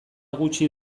gutxi